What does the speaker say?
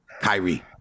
Kyrie